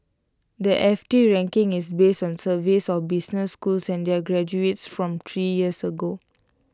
the F T ranking is based on surveys of business schools and their graduates from three years ago